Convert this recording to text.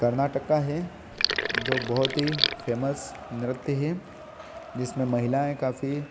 कर्नाटक हैं जो बहुत ही फेमस नृत्य है जिसमें महिलाएँ काफ़ी